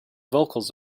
vocals